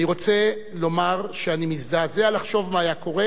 אני רוצה לומר שאני מזדעזע לחשוב מה היה קורה